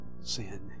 sin